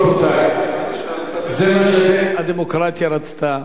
רבותי, זה מה שהדמוקרטיה רצתה.